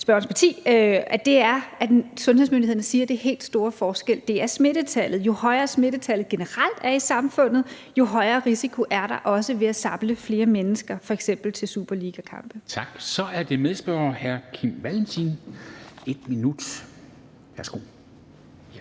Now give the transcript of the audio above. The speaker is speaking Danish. spørgerens parti, er, at sundhedsmyndighederne siger, at den helt store forskel er smittetallet. Jo højere smittetallet generelt er i samfundet, jo højere risiko er der også ved at samle flere mennesker, f.eks. til superligakampe. Kl. 14:20 Formanden (Henrik Dam Kristensen): Tak.